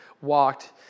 walked